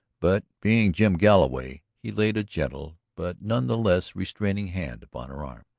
but being jim galloway, he laid a gentle but none the less restraining hand upon her arm.